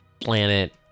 planet